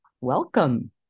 Welcome